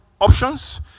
Options